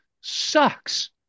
sucks